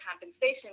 compensation